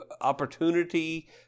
opportunity